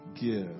give